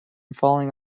falling